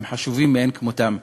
הם חשובים מאין כמותם.